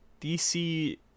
DC